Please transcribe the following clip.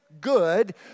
good